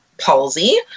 palsy